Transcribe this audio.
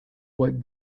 what